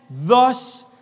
Thus